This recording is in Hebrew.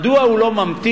מדוע הוא לא ממתין?